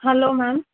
hello ma'am